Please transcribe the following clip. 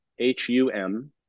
H-U-M